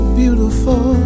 beautiful